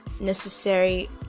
necessary